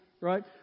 right